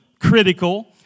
critical